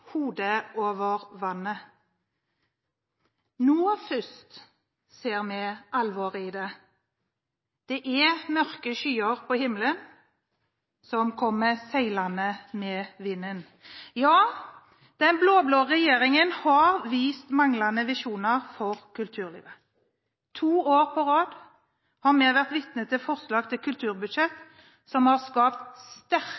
«Hodet over vannet»: «Da først ser vi alvoret i det. Er det mørke skyer på himmelen, som kommer seilende med vinden.» Den blå-blå regjeringen har vist manglende visjoner for kulturlivet. To år på rad har vi vært vitne til forslag til kulturbudsjett som har skapt sterke